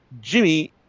Jimmy